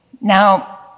Now